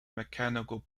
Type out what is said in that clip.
mechanical